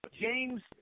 James